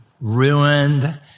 ruined